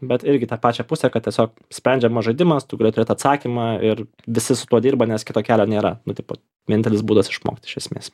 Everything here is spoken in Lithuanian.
bet irgi į tą pačią pusę kad tiesiog sprendžiamas žaidimas tu gali turėt atsakymą ir visi su tuo dirba nes kito kelio nėra nu tipo vienintelis būdas išmokt iš esmės